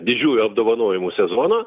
didžiųjų apdovanojimų sezoną